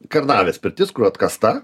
kernavės pirtis kur atkasta